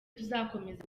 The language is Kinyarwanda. tuzakomeza